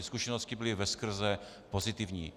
Zkušenosti byly veskrze pozitivní.